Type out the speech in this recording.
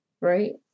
right